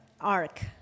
arc